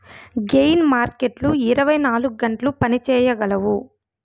gain మార్కెట్లు ఇరవై నాలుగు గంటలు పని చేయగలవు